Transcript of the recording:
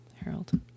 Harold